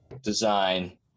design